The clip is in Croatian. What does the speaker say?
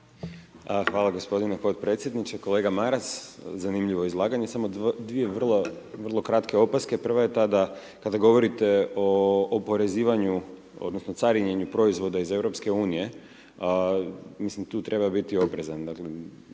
Hvala gospodine potpredsjedniče. Kolega Maras, zanimljivo izlaganje. Samo dvije vrlo kratke opaske. Prva je ta da kada govorite o oporezivanju odnosno carinjenju proizvoda iz EU, mislim tu treba biti oprezan.